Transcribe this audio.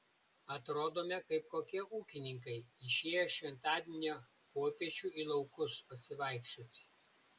atrodome kaip kokie ūkininkai išėję šventadienio popiečiu į laukus pasivaikščioti